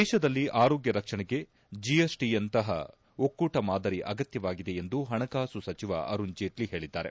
ದೇತದಲ್ಲಿ ಆರೋಗ್ಯ ರಕ್ಷಣೆಗೆ ಜಿಎಸ್ಟಿಯಂತಹ ಒಕ್ಕೂಟ ಮಾದರಿ ಅಗತ್ಯವಾಗಿದೆ ಎಂದು ಹಣಕಾಸು ಸಚಿವ ಅರುಣ್ ಜೇಟ್ಲ ತಿಳಿಸಿದ್ದಾರೆ